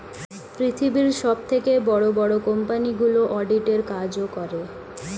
পৃথিবীর সবথেকে বড় বড় কোম্পানিগুলো অডিট এর কাজও করে